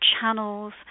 channels